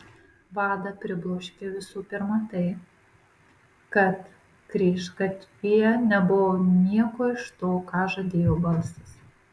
vadą pribloškė visų pirma tai kad kryžgatvyje nebuvo nieko iš to ką žadėjo balsas